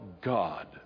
God